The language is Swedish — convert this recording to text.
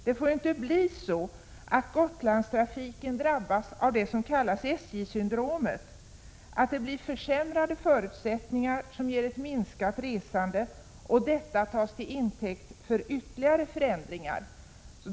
Det får inte bli så, att Gotlandstrafiken drabbas av vad som kallas SJ-syndromet, att det blir försämrade förutsättningar, som ger ett minskat resande — och att detta tas till intäkt för ytterligare förändringar.